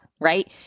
right